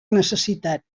necessitat